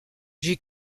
j’ai